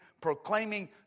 proclaiming